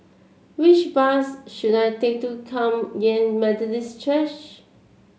which bus should I take to Kum Yan Methodist Church